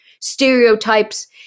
stereotypes